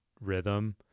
rhythm